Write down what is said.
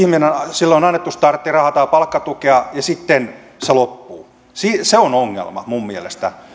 jolle on annettu starttirahaa tai palkkatukea ja sitten se loppuu se se on ongelma minun mielestäni